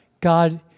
God